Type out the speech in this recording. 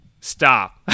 stop